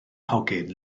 hogyn